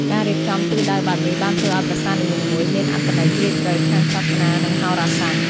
ការរៀបចំទិសដៅបែបនេះបានធ្វើឲ្យប្រាសាទនីមួយៗមានអត្ថន័យជ្រាលជ្រៅខាងសាសនានិងហោរាសាស្ត្រ។